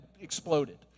exploded